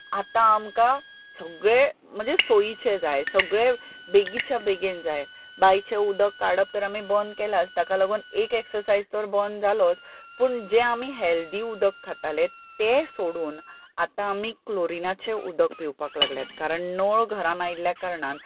आतां आमकां सगळें म्हणजें सोयीचें जाय सगळें बेगीच्या बेगीन जाय बांयचें उदक काडप तर आमी बंद केलांच ताका लागून एक एक्सरसायज तर बंद जालोच पूण जें आमी हेल्दी उदक खाताले तें सोडून आतां आमी क्लोरिनाचें उदक पिवपाक लागल्यात कारण नळ घरांत आयिल्ल्या कारणान